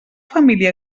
família